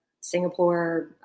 Singapore